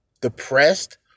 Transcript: depressed